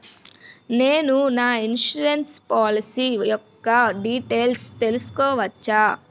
నేను నా insurance policy యెక్క డీటైల్స్ తెల్సుకోవచ్చా?